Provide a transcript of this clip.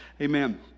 Amen